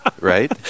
right